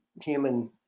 Human